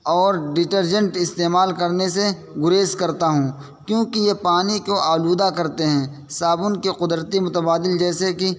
اور ڈیٹرجنٹ استعمال کرنے سے گریز کرتا ہوں کیونکہ یہ پانی کو آلودہ کرتے ہیں صابن کے قدرتی متبادل جیسے کہ